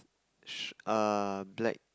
sh~ err black